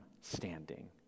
standing